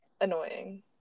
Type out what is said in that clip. annoying